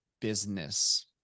business